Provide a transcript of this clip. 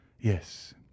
yes